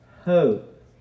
hope